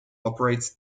operates